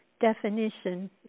definition